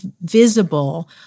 visible